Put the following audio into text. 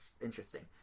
interesting